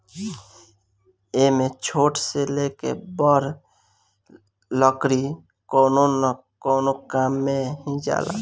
एमे छोट से लेके बड़ लकड़ी कवनो न कवनो काम मे ही जाला